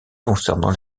concernant